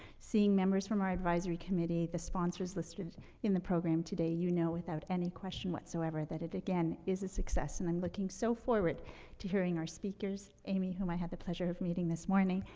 seeing members from our advisory committee, the sponsors listed in the program today, you know, without any question whatsoever that it, again, is success. and i'm looking so forward to hearing our speakers. amy, whom i had the pleasure of meeting this morning,